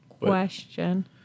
Question